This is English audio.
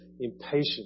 impatient